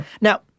Now